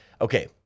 okay